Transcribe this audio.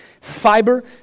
fiber